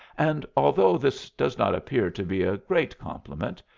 and although this does not appear to be a great compliment,